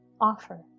offer